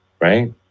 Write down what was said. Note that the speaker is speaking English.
Right